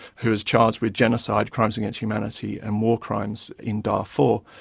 who is charged with genocide, crimes against humanity and war crimes in darfur,